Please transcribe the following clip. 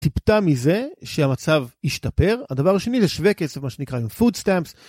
טיפטה מזה שהמצב השתפר, הדבר השני זה שווה כסף, מה שנקרא, פוד סטאמפס.